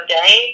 day